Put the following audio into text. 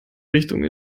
richtung